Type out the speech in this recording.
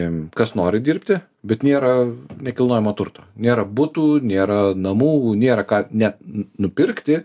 kas nori dirbti bet nėra nekilnojamo turto nėra butų nėra namų nėra ką ne nupirkti